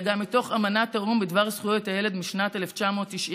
גם מתוך אמנת האו"ם בדבר זכויות הילד משנת 1990,